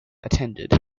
attended